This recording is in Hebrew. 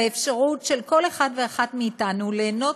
והאפשרות של כל אחד ואחת מאתנו ליהנות